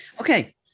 okay